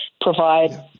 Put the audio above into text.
provide